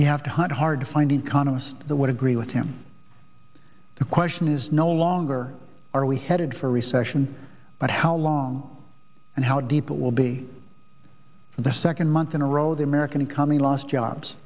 you have to hunt hard to find economists that would agree with him the question is no longer are we headed for a recession but how long and how deep it will be for the second month in a row the american economy lost jobs